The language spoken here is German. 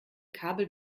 kabel